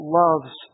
loves